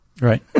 Right